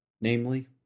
Namely